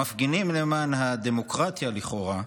המפגינים למען הדמוקרטיה, לכאורה,